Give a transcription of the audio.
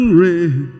red